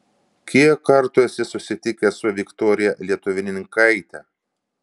kiek kartų esi susitikęs su viktorija lietuvninkaite